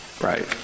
right